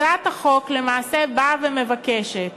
הצעת החוק, למעשה, באה ומבקשת